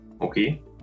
Okay